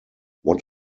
what